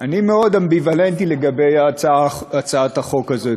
אני מאוד אמביוולנטי לגבי הצעת החוק הזאת.